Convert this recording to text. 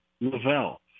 Lavelle